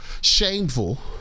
shameful